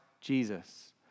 Jesus